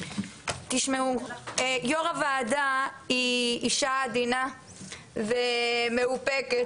יו"ר הוועדה היא אישה עדינה ומאופקת